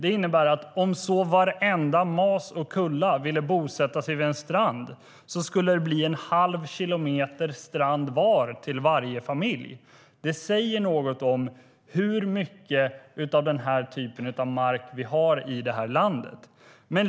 Det innebär att om så varenda mas och kulla vill bosätta sig vid en strand skulle det bli en halv kilometer strand till varje familj. Det säger något om hur mycket av den typen av mark som finns i landet.